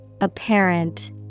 Apparent